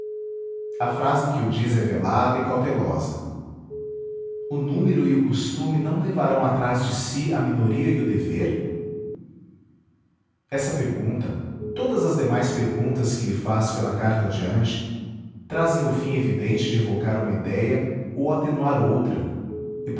a frase em que o diz é velada e cautelosa o número e o costume não levarão atrás de si a minoria e o dever essa pergunta todas as demais perguntas que lhe faz pela carta adiante trazem o fim evidente de evocar uma idéia ou atenuar outra